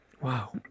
wow